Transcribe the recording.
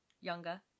younger